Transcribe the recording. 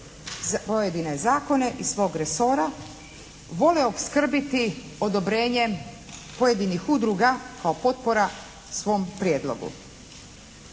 pojedine zakone iz svog resora vole opskrbiti odobrenjem pojedinih udruga kao potpora svom prijedlogu.